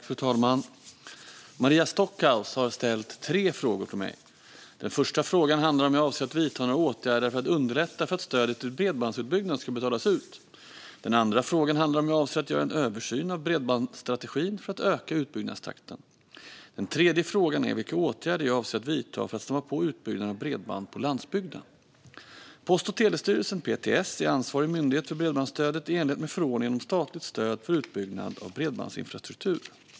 Fru talman! Maria Stockhaus har ställt tre frågor till mig. Den första frågan handlar om huruvida jag avser att vidta några åtgärder för att underlätta att stödet till bredbandsutbyggnad ska betalas ut. Den andra frågan handlar om huruvida jag avser att göra en översyn av bredbandsstrategin för att öka utbyggnadstakten. Den tredje frågan är vilka åtgärder jag avser att vidta för att snabba på utbyggnaden av bredband på landsbygden. Post och telestyrelsen, PTS, är ansvarig myndighet för bredbandsstödet i enlighet med förordningen om statligt stöd för utbyggnad av bredbandsinfrastruktur.